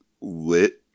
lit